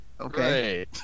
okay